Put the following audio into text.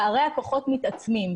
פערי הכוחות מתעצמים.